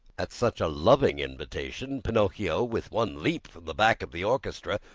at such a loving invitation, pinocchio, with one leap from the back of the orchestra,